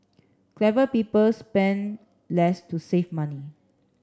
clever people spend less to save money